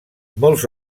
molts